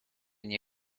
nie